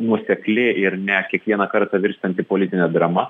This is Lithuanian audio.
nuosekli ir ne kiekvieną kartą virstanti politine drama